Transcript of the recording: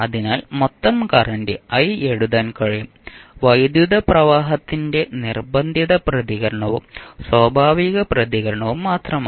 അതിനാൽ മൊത്തം current i എഴുതാൻ കഴിയും വൈദ്യുതപ്രവാഹത്തിന്റെ നിർബന്ധിത പ്രതികരണവും സ്വാഭാവിക പ്രതികരണവും മാത്രമാണ്